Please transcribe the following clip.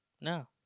No